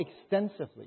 extensively